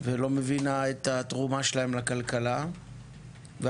ולא מבינה את התרומה שלהם לכלכלה; הכלים